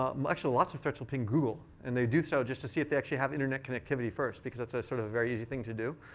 um actually, lots of threats will ping google. and they do so just to see if they actually have internet connectivity first, because that's ah sort of a very easy thing to do.